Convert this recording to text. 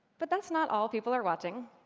but that's not all people are watching.